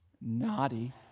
naughty